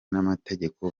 n’amategeko